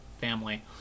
family